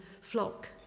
flock